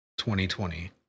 2020